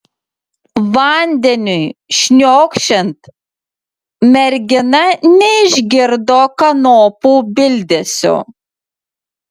vandeniui šniokščiant mergina neišgirdo kanopų bildesio